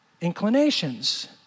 inclinations